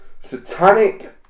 Satanic